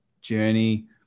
journey